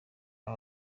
aba